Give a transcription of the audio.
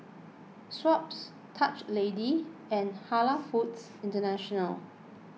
Schweppes Dutch Lady and Halal Foods International